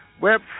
web